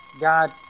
God